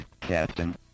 Captain